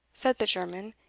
said the german,